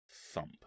thump